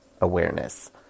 awareness